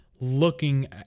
looking